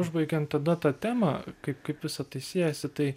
užbaigiant tada tą temą kaip kaip visa tai siejasi tai